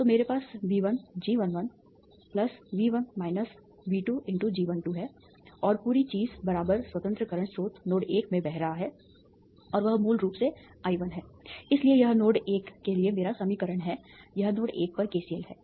तो मेरे पास V1 G11 V1 V2 × G12 है और पूरी चीज स्वतंत्र करंट स्रोत नोड 1 में बह रहा है और वह मूल रूप से I1 है इसलिए यह नोड 1 के लिए मेरा समीकरण है यह नोड 1 पर KCL है